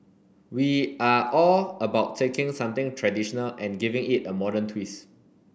we are all about taking something traditional and giving it a modern twist